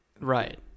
Right